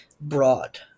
broad